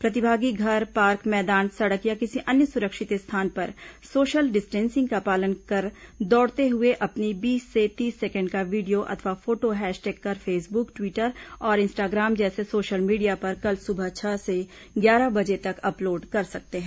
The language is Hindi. प्रतिभागी घर पार्क मैदान सड़क या किसी अन्य सुरिक्षत स्थान पर सोशल डिस्टिंसिंग का पालन कर दौड़ते हुए अपनी बीस से तीस सेकेंड का वीडियो अथवा फोटो हैशटैग कर फेसबुक ट्वीटर और इंस्टाग्राम जैसे सोशल मीडिया पर कल सुबह छह से ग्यारह बजे तक अपलोड कर सकते हैं